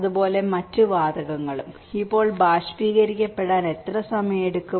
അതുപോലെ മറ്റ് വാതകങ്ങളും ഇപ്പോൾ ബാഷ്പീകരിക്കപ്പെടാൻ എത്ര സമയമെടുക്കും